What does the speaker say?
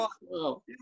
Wow